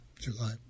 July